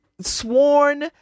sworn